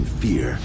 fear